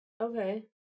Okay